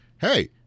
hey